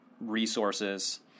resources